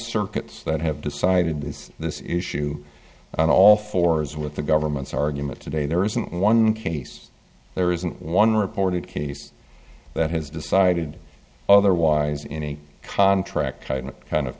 circuits that have decided these this issue on all fours with the government's argument today there isn't one case there isn't one reported case that has decided otherwise in a contract kind of